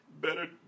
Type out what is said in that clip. Better